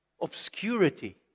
obscurity